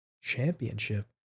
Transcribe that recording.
Championship